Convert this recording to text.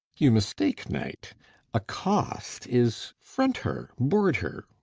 you mistake, knight accost is front her, board her,